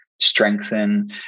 strengthen